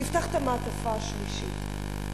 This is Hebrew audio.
תפתח את המעטפה השלישית.